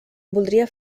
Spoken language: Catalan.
voldria